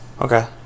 Okay